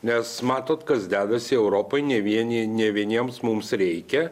nes matot kas dedasi europoj ne vieni ne vieniems mums reikia